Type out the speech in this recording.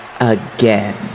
again